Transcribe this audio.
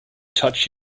touch